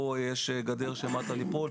פה יש גדר שנוטה ליפול,